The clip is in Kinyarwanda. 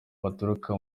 baturuka